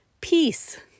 peace